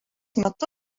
metu